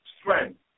strength